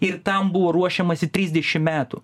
ir tam buvo ruošiamasi trisdešim metų